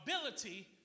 ability